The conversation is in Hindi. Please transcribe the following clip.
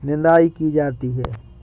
निदाई की जाती है?